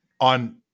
On